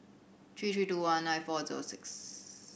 three three two one nine four zero six